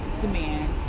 demand